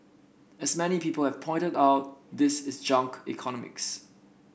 as many people have pointed out this is junk economics